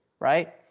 Right